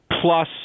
plus